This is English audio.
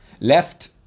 Left